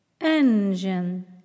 Engine